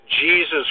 Jesus